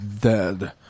dead